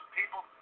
people